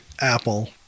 Apple